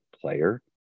player